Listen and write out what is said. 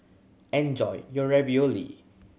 enjoy your Ravioli